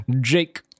Jake